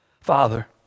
Father